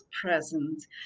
present